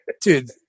dude